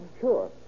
Sure